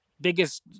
biggest